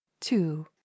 two